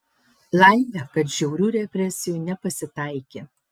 laimė kad žiaurių represijų nepasitaikė